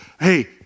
Hey